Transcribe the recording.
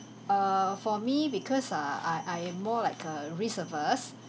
err for me because err I I am more like a risk averse